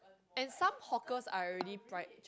and some hawkers are already price